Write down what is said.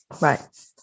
Right